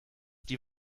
die